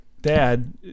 dad